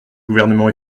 gouvernement